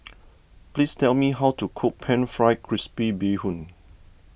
please tell me how to cook Pan Fried Crispy Bee Hoon